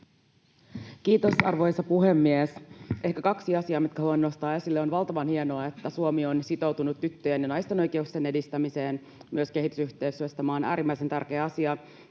Kiitos, arvoisa puhemies! Ehkä kaksi asiaa, mitkä haluan nostaa esille. On valtavan hienoa, että Suomi on sitoutunut tyttöjen ja naisten oikeuksien edistämiseen. Myös kehitysyhteistyössä tämä on äärimmäisen tärkeä asia.